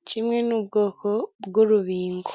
ikimeze nk'umutaka ,ndahabona hirya ibiti ndetse hirya yaho hari n'inyubako.